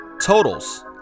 totals